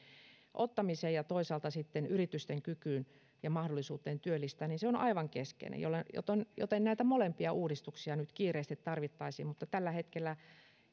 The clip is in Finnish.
ja toisaalta sitten yritysten kykyyn ja mahdollisuuteen työllistää on aivan keskeinen joten näitä molempia uudistuksia nyt kiireesti tarvittaisiin mutta tällä hetkellä